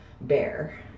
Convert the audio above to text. bear